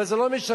אבל זה לא משנה.